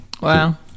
Wow